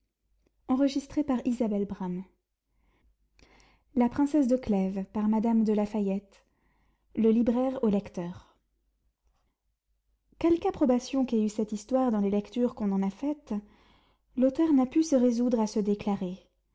le libraire au lecteur quelque approbation qu'ait eu cette histoire dans les lectures qu'on en a faites l'auteur n'a pû se resoudre à se déclarer